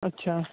ਅੱਛਾ